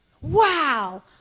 Wow